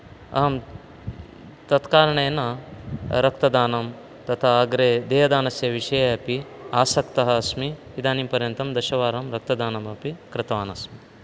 अहं तत्कारणेन रक्तदानं तथा अग्रे देहदानस्य विषये अपि आसक्तः अस्मि इदानीं पर्यन्तं दशवारं रक्तदानम् अपि कृतवान् अस्मि